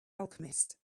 alchemist